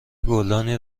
گلدانی